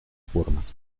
formas